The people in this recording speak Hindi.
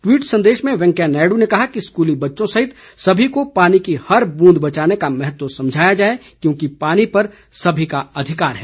ट्वीट संदेश में वेंकैया नायड् ने कहा कि स्कूली बच्चों सहित सभी को पानी की हर द्रूंद बचाने का महत्व समझाया जाए क्योंकि पानी पर सभी का अधिकार है